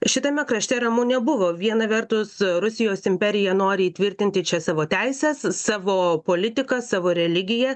šitame krašte ramu nebuvo viena vertus rusijos imperija nori įtvirtinti čia savo teises savo politiką savo religiją